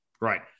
Right